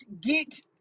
get